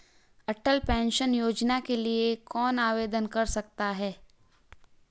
अटल pension योजना के लिए कौन आवेदन कर सकता है?